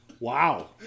Wow